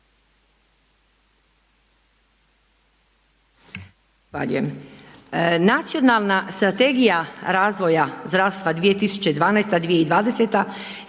Hvala